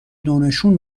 دونشون